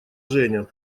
женя